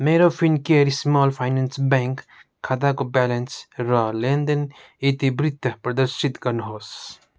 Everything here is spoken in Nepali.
मेरो फिनकेयर स्मल फाइनेन्स ब्याङ्क खाताको ब्यालेन्स र लेनदेन इतिवृत्त प्रदर्शित गर्नुहोस्